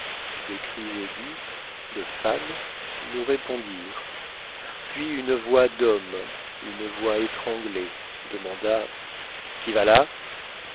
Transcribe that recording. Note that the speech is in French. des cris aigus de femmes nous répondirent puis une voix d'homme une voix étranglée demanda qui va là